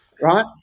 right